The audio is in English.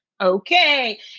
okay